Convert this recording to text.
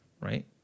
right